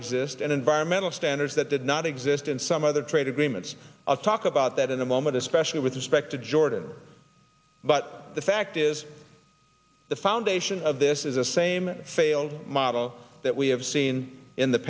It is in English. exist and environmental standards that did not exist in some other trade agreements i'll talk about that in a moment especially with respect to jordan but the fact is the foundation of this is the same failed model that we have seen in the